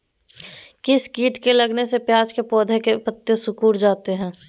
किस किट के लगने से प्याज के पौधे के पत्ते सिकुड़ जाता है?